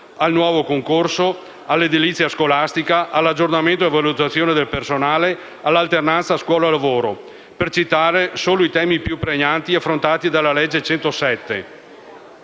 al nuovo concorso, all'edilizia scolastica, all'aggiornamento e valutazione del personale, all'alternanza scuola-lavoro, per citare solo i temi più pregnanti affrontati dalla legge n.